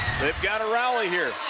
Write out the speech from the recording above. they've got a rally here.